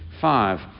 five